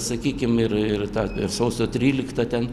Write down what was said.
sakykim ir ir tą sausio tryliktą ten